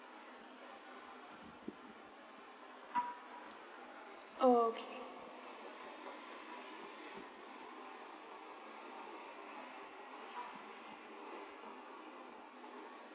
oh okay